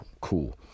Cool